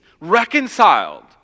reconciled